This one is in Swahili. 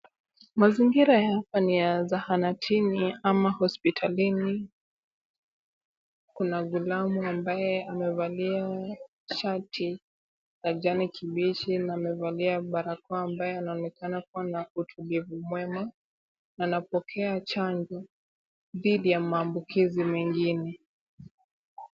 Mazingira ya hapa ni ya zahanatini ama hospitalini. Kuna ghulamu ambaye amevalia shati la jani kibichi na amevalia barakoa ambayo anaonekana kuwa na utulivu mwema. Anapokea chanjo dhidi ya maambukizi mengine.